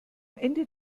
ende